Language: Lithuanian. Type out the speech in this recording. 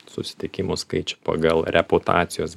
susitikimų skaičių pagal reputacijos